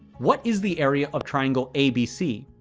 what is the area of triangle abc?